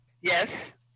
Yes